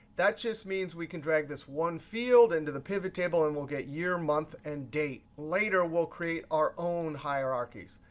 that just means we can drag this one field into the pivot table, and we'll get year, month, and date. later we'll create our own hierarchies.